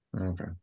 okay